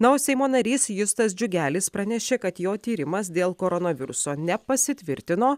na o seimo narys justas džiugelis pranešė kad jo tyrimas dėl koronaviruso nepasitvirtino